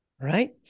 Right